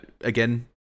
Again